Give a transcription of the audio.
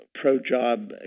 pro-job